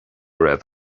raibh